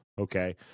Okay